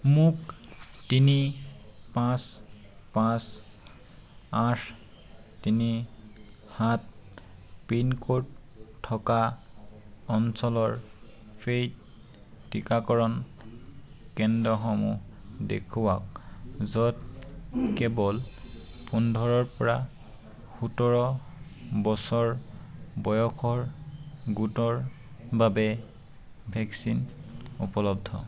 মোক তিনি পাঁচ পাঁচ আঠ তিনি সাত পিনক'ড থকা অঞ্চলৰ পেইড টিকাকৰণ কেন্দ্ৰসমূহ দেখুৱাওক য'ত কেৱল পোন্ধৰৰ পৰা সোতৰ বছৰ বয়সৰ গোটৰ বাবে ভেকচিন উপলব্ধ